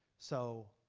so,